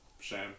Shame